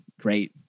great